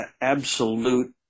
absolute